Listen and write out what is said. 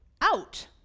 out